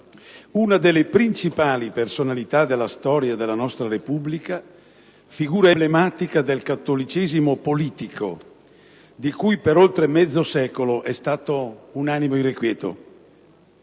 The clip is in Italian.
una delle principali personalità della storia della nostra Repubblica, figura emblematica del cattolicesimo politico, di cui per oltre mezzo secolo è stato un animo irrequieto.